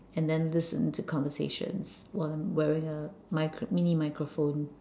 and then listen to conversations while I'm wearing a micro mini microphone